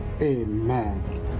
Amen